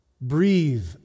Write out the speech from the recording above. Breathe